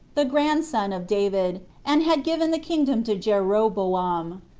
the grandson of david, and had given the kingdom to jeroboam.